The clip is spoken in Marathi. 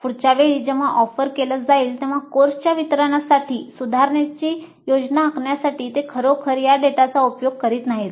पुढच्या वेळी जेव्हा ऑफर केला जाईल तेव्हा कोर्सच्या वितरणासाठी सुधारणेची योजना आखण्यासाठी ते खरोखर या डेटाचा उपयोग करीत नाहीत